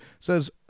says